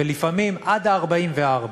ולפעמים עד ה-44.